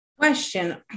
Question